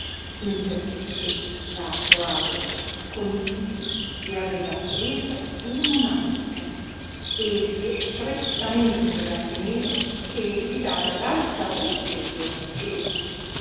sentisse imperciocché la poavola con i diti gli aveva presa una natica e sì strettamente la teneva che gridare ad alta voce lo faceva